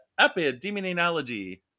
epidemiology